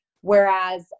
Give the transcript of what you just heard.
Whereas